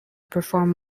perform